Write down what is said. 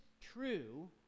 true